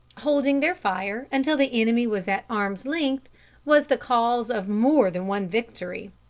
holding their fire until the enemy was at arm's length was the cause of more than one victory.